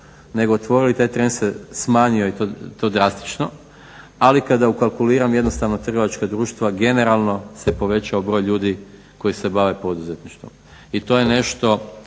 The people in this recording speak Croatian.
nego otvorili taj trend se smanjio i to drastično, ali kada ukalkuliram jednostavno trgovačka društva generalno se povećao broj ljudi koji se bave poduzetništvom. I to je nešto